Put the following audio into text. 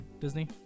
Disney